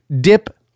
dip